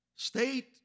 State